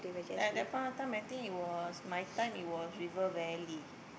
like that point of time I think it was my time it was River-Valley